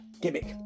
gimmick